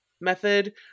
method